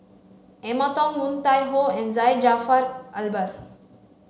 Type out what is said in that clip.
Emma Yong Woon Tai Ho and Syed Jaafar Albar